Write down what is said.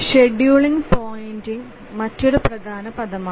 scheduling പോയിന്റും മറ്റൊരു പ്രധാന പദമാണ്